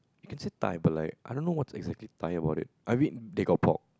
you can say Thai but like I don't know what's exactly Thai about it I mean they got pork